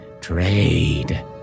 trade